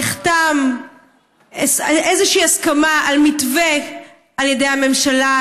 נחתמה איזושהי הסכמה על מתווה על ידי הממשלה,